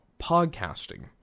podcasting